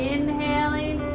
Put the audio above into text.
Inhaling